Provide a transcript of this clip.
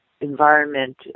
environment